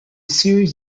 series